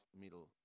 middle